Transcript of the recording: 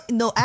no